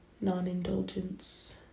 non-indulgence